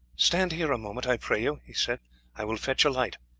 stand here a moment, i pray you, he said i will fetch a light.